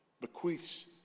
bequeaths